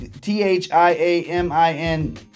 T-H-I-A-M-I-N